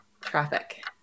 Traffic